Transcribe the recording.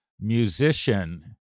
musician